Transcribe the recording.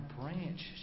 branch